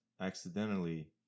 accidentally